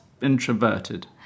introverted